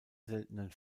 seltenen